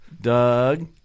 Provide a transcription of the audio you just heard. Doug